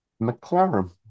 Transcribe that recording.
McLaren